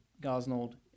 Gosnold